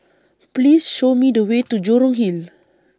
Please Show Me The Way to Jurong Hill